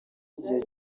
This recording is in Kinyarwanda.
igihe